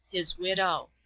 his widow.